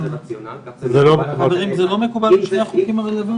זה לא מקובל בשני החוקים הרלוונטיים.